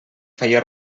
feia